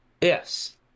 Yes